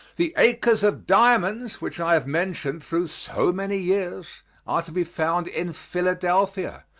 the acres of diamonds which i have mentioned through so many years are to be found in philadelphia,